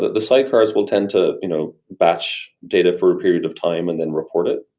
the sidecars will tend to you know batch data for a period of time and then report it,